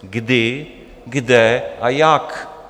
Kdy, kde a jak?